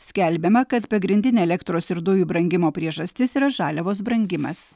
skelbiama kad pagrindinė elektros ir dujų brangimo priežastis yra žaliavos brangimas